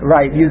Right